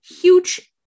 huge